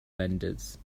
vendors